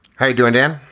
how you doing, dan?